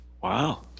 Wow